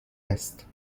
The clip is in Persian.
است